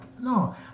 no